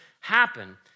happen